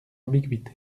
ambiguïté